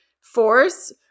force